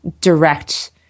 direct